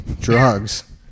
drugs